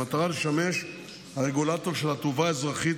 במטרה לשמש רגולטור של התעופה האזרחית